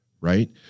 right